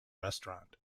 restaurant